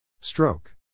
Stroke